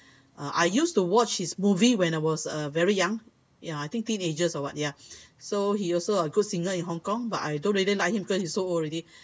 I used to watch his movie when I was uh very young ya I think teenagers or what ya so he also a good singer in Hong-Kong but I don't really like him because he is so old already